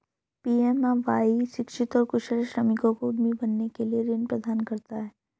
PMMY शिक्षित और कुशल श्रमिकों को उद्यमी बनने के लिए ऋण प्रदान करता है